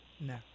No